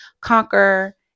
conquer